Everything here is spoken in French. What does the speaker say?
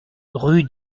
rue